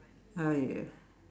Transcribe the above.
!aiya!